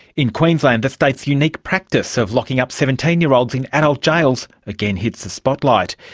in queensland the state's unique practice of locking up seventeen year olds in adult jails again hit the spotlight.